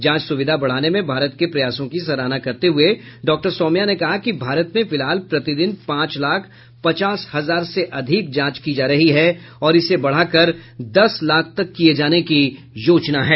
जांच सुविधा बढ़ाने में भारत के प्रयासों की सराहना करते हुए डॉक्टर सौम्या ने कहा कि भारत में फिलहाल प्रतिदिन पांच लाख पचास हजार से अधिक जांच की जा रही हैं और इसे बढ़ाकर दस लाख तक किये जाने की योजना है